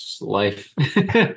life